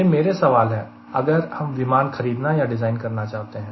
यह मेरे सवाल है अगर हम विमान खरीदना या डिज़ाइन करना चाहते हैं